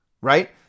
right